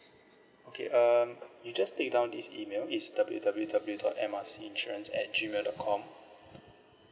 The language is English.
okay um you just take down this email it's W_W_W dot M R C insurance at gmail dot com